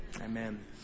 Amen